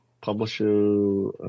Publisher